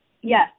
Yes